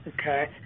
Okay